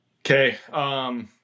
Okay